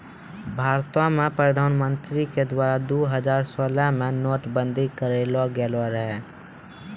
भारतो मे प्रधानमन्त्री के द्वारा दु हजार सोलह मे नोट बंदी करलो गेलो रहै